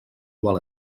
qual